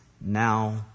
now